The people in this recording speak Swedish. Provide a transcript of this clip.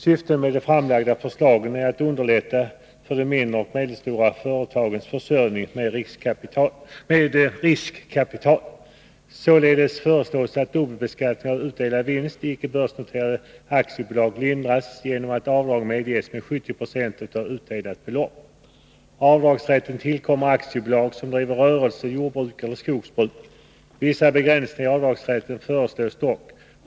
Syftet med de framlagda förslagen är att underlätta de mindre och medelstora företagens försörjning med riskkapital. Således föreslås att dubbelbeskattning av utdelad vinst i icke börsnoterat aktiebolag lindras genom att avdrag medges med 70 26 av utdelat belopp. Avdragsrätten tillkommer aktiebolag som driver rörelse, jordbruk eller skogsbruk. Vissa begränsningar i avdragsrätten föreslås dock.